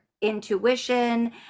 intuition